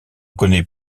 connaît